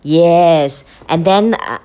yes and then uh